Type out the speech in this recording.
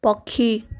ପକ୍ଷୀ